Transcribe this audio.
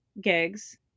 gigs